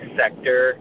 sector